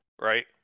right